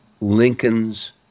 Lincoln's